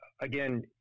again